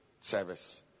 service